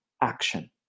action